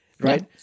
Right